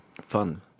Fun